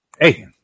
Hey